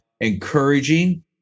encouraging